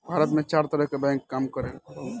भारत में चार तरह के बैंक काम करऽता